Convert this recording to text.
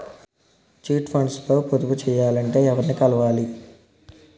Chit funds లో పొదుపు చేయాలంటే ఎవరిని కలవాలి?